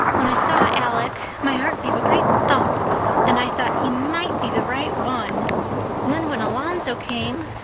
when i saw alec my heart gave a great thump and i thought, he might be the right one and then, when alonzo came,